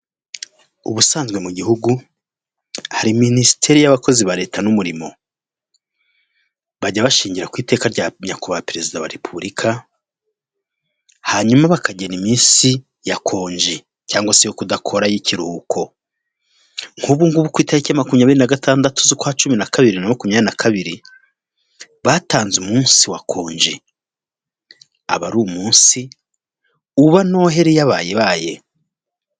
Ubusanzwe mu gihugu hari minisiteri y'abakozi ba leta n'umurimo bajya bashingira ku iteka rya nyakuhwa perezida wa repubulika, hanyuma bakagena iminsi ya konji cyangwa se yo kudakora y ikiruhuko, nk'ubu ngubu ku itariki makumyabiri nagatandatu z'ukwa cumi n'abiri bibiri na makumyabiri nakabiri batanze umunsi wakonje, aba ari umunsi uba noheli yaraye ibaye.